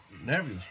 nervous